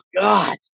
God